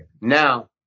Now